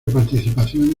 participación